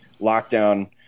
lockdown